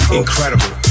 incredible